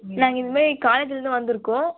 நாங்கள் இதுமாரி காலேஜ்லேருந்து வந்துருக்கோம்